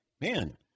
man